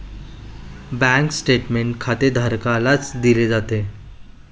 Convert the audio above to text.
bank statement खातेधारकालाच दिले जाते